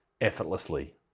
effortlessly